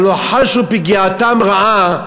הלוא חשו"ק פגיעתם רעה,